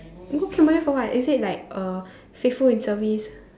go Cambodia for what is it like uh faithful in service